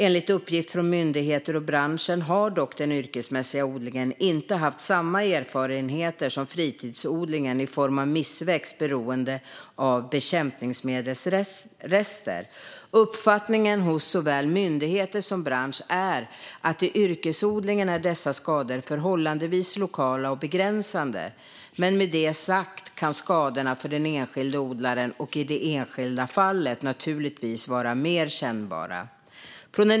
Enligt uppgift från myndigheterna och branschen har den yrkesmässiga odlingen dock inte haft samma erfarenheter som fritidsodlingen i form av missväxt beroende på bekämpningsmedelsrester. Uppfattningen hos såväl myndigheter som bransch är att dessa skador är förhållandevis lokala och begränsade i yrkesodlingen. Med det sagt kan skadorna för den enskilde odlaren och i det enskilda fallet naturligtvis vara mer kännbara.